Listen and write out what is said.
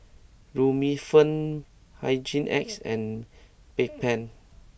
Remifemin Hygin X and Bedpans